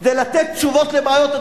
כדי לתת תשובות על בעיות,